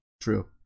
True